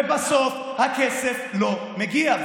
ובסוף הכסף לא מגיע.